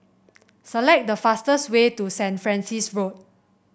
select the fastest way to Saint Francis Road